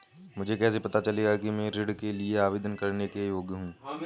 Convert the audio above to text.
मुझे कैसे पता चलेगा कि मैं ऋण के लिए आवेदन करने के योग्य हूँ?